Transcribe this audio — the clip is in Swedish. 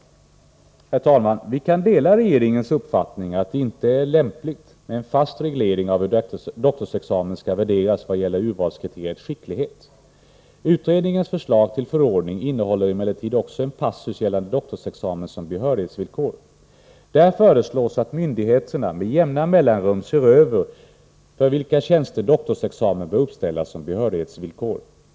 Herr talman! Vi kan dela regeringens uppfattning att det inte är lämpligt med en fast reglering av hur doktorsexamen skall värderas vad gäller urvalskriteriet skicklighet. Utredningens förslag till förordning innehåller emellertid också en passus gällande doktorsexamen som behörighetsvillkor. Där föreslås att myndigheterna med jämna mellanrum ser över för vilka tjänster doktorsexamen bör uppställas som behörighetsvillkor.